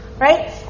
right